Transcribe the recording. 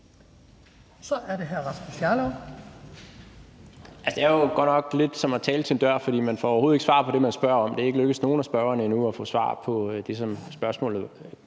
15:18 Rasmus Jarlov (KF): Altså, det er jo godt nok lidt som at tale til en dør, for man får overhovedet ikke svar på det, man spørger om, og det er ikke lykkedes nogen af spørgerne endnu at få svar på det, som spørgsmålet går